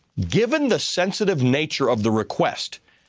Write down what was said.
given the sensitive nature of the request,